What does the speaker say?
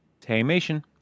Taymation